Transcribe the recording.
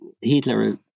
Hitler